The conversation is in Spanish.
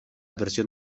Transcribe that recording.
versión